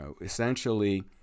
essentially